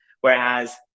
Whereas